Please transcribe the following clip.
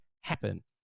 happen